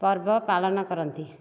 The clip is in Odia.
ପର୍ବ ପାଳନ କରନ୍ତି